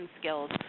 skills